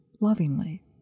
lovingly